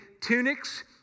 tunics